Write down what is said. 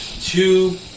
Two